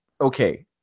okay